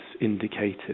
indicated